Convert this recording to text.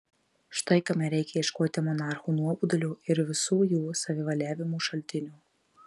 štai kame reikia ieškoti monarchų nuobodulio ir visų jų savivaliavimų šaltinio